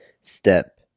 step